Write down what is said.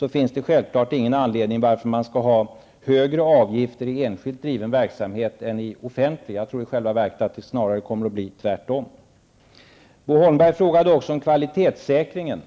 Då finns det självfallet ingen anledning att ha högre avgifter i enskilt driven verksamhet än i offentlig. I själva verket tror jag att det snarare kommer att bli tvärtom. Bo Holmberg frågade också om kvalitetssäkringen.